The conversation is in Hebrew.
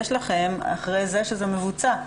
יש לכם אחרי זה שזה מבוצע?